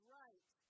right